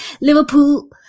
Liverpool